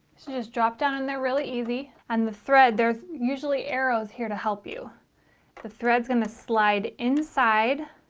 should just drop down in there really easy and the thread there's usually arrows here to help you the threads gonna slide inside